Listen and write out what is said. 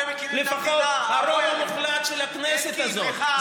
בהתחלה היו רעיונות לתת לו מעמד יותר משמעותי,